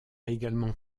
également